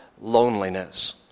loneliness